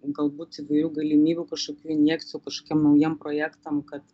galbūt įvairių galimybių kažkokių injekcijų kažkokiem naujiem projektam kad